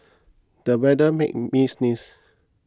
the weather made me sneeze